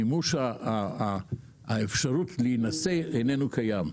מימוש האפשרות להינשא אינה קיימת.